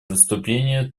выступление